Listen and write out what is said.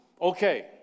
okay